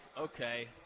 okay